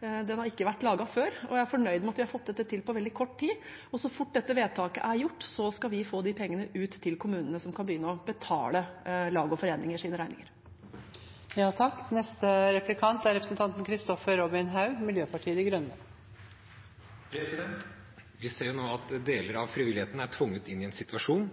Den har ikke vært laget før, og jeg er fornøyd med at vi har fått dette til på veldig kort tid. Og så fort dette vedtaket er gjort, skal vi få de pengene ut til kommunene, som kan begynne å betale regningene til lag og foreninger. Vi ser nå at deler av frivilligheten er tvunget inn i en situasjon